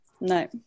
no